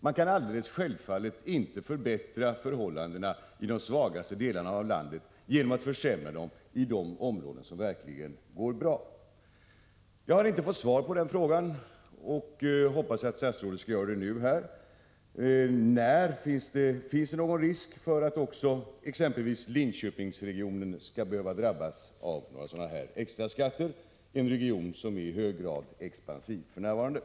Självfallet kan man inte förbättra förhållandena i de svagaste delarna av landet genom att försämra dem i de områden som verkligen går bra. Jag har inte fått svar på detta, men jag hoppas att statsrådet skall ge ett. Finns det någon risk för att också exempelvis Linköpingsregionen drabbas av sådana här extraskatter? Det är ju en region som för närvarande är i hög grad expansiv.